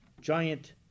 giant